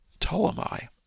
Ptolemy